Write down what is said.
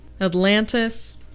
Atlantis